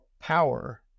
power